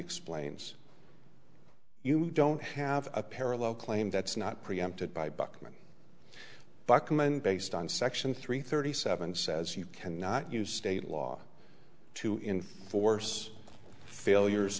explains you don't have a parallel claim that's not preempted by buckman document based on section three thirty seven says you cannot use state law to inforce failures